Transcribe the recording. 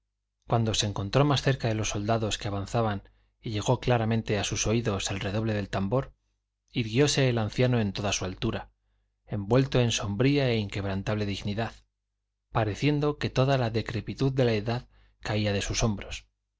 cuando se encontró más cerca de los soldados que avanzaban y llegó claramente a sus oídos el redoble del tambor irguióse el anciano en toda su altura envuelto en sombría e inquebrantable dignidad pareciendo que toda la decrepitud de la edad caía de sus hombros